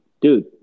dude